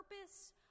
purpose